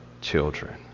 children